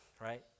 right